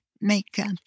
makeup